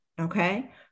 okay